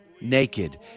Naked